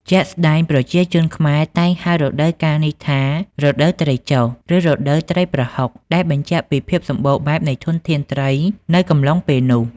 ជាក់ស្តែង ប្រជាជនខ្មែរតែងហៅរដូវកាលនេះថា រដូវត្រីចុះ ឬ រដូវត្រីប្រហុក ដែលបញ្ជាក់ពីភាពសម្បូរបែបនៃធនធានត្រីនៅកំឡុងពេលនោះ។